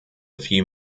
few